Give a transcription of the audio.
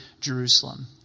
Jerusalem